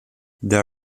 there